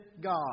God